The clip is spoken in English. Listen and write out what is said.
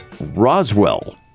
Roswell